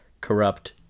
corrupt